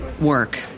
work